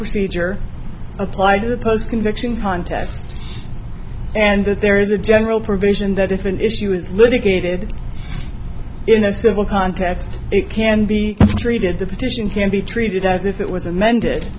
procedure apply to the post conviction context and that there is a general provision that if an issue is litigated in a civil context it can be treated the petition can be treated as if it was amended